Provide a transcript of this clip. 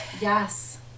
Yes